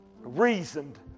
reasoned